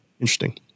Interesting